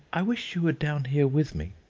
i wish you were down here with me!